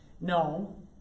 No